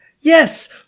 Yes